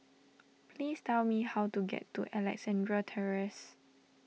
please tell me how to get to Alexandra Terrace